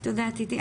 תודה, טיטי.